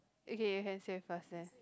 okay you can save first then